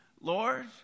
Lord